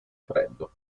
freddo